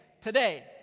today